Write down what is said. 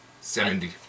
Seventy